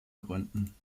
gründen